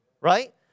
right